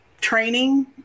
training